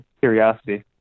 Curiosity